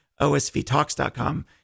osvtalks.com